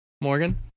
morgan